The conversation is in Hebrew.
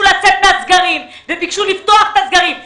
לצאת מהסגרים וביקשו לפתוח את הסגרים,